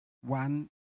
one